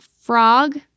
frog